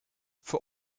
for